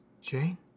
Jane